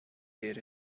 did